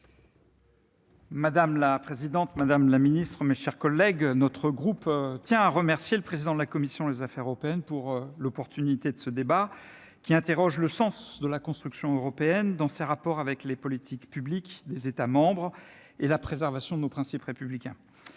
Madame la présidente, Madame la Ministre, mes chers collègues, notre groupe tient à remercier le président de la commission des Affaires européennes pour l'opportunité de ce débat qui interroge le sens de la construction européenne dans ses rapports avec les politiques publiques des États et la préservation de nos principes républicains,